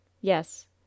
Yes